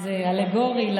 זה אלגורי,